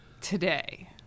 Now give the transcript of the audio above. Today